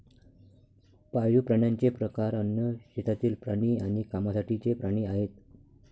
पाळीव प्राण्यांचे प्रकार अन्न, शेतातील प्राणी आणि कामासाठीचे प्राणी आहेत